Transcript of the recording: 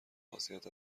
خاصیت